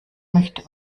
möchte